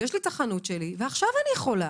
ויש לי את החנות שלי, ועכשיו אני חולה,